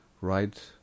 right